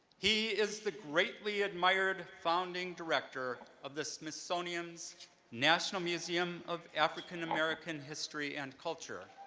he is the greatly admired founding director of the smithsonian's national museum of african american history and culture.